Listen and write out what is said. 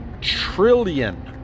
trillion